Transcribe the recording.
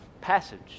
passage